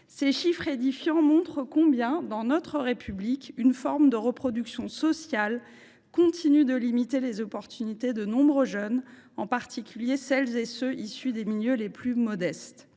Ces chiffres édifiants montrent combien, dans notre République, une forme de reproduction sociale continue de limiter les chances de nombreux jeunes, en particulier de celles et ceux qui sont issus des milieux les plus modestes.